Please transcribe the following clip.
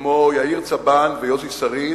כמו יאיר צבן ויוסי שריד,